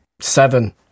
seven